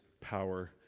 power